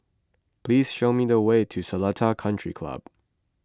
please show me the way to Seletar Country Club